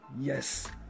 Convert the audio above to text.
yes